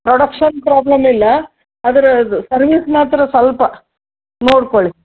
production problem ಇಲ್ಲ ಆದ್ರೆ ಅದು ಸರ್ವಿಸ್ ಮಾತ್ರ ಸ್ವಲ್ಪ ನೋಡಿಕೊಳ್ಳಿ